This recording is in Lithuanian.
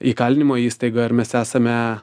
įkalinimo įstaigoj ar mes esame